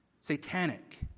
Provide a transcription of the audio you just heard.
satanic